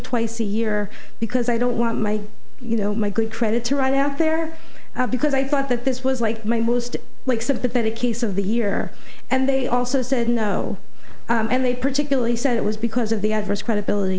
twice a year because i don't want my you know my good credit to right out there because i thought that this was like my most like sympathetic case of the year and they also said no and they particularly said it was because of the adverse credibility